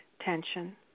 tension